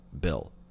bill